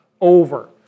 over